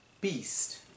Beast